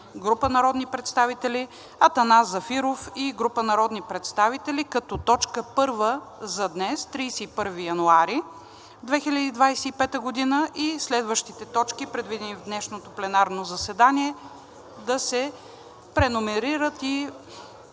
група народни представители, Атанас Зафиров и група народни представители, като точка първа за днес, 31 януари 2025 г., и следващите точки, предвидени в днешното пленарно заседание, да се преномерират и